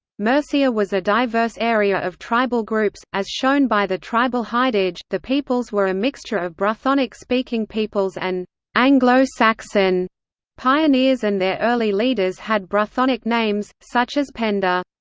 mercia was a diverse area of tribal groups, as shown by the tribal hidage the peoples were a mixture of brythonic speaking peoples and anglo-saxon pioneers and their early leaders had brythonic names, such as penda.